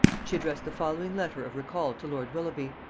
she addressed the following letter of recall to lord willoughby,